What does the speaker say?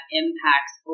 impacts